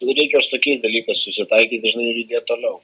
jau reikia su tokiais dalykais susitaikyti žinai ir judėt toliau